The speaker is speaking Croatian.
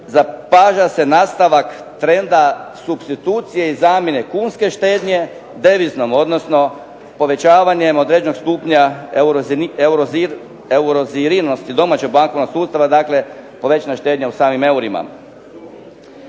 zapaža se nastavak trenda supstitucije i zamjene kunske štednje deviznom, odnosno povećavanjem određenog stupnja eurozilnosti domaćeg bankovnog sustava, dakle povećana je štednja u samim eurima.